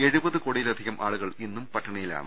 എഴുപത് കോടിയിലധികം ആളുകൾ ഇന്നും പട്ടിണി യിലാണ്